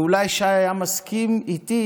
ואולי שי היה מסכים איתי,